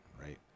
right